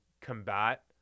combat